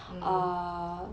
mmhmm